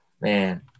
man